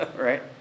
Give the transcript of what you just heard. right